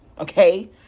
Okay